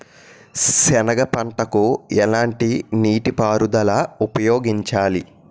సెనగ పంటకు ఎలాంటి నీటిపారుదల ఉపయోగించాలి?